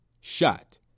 shot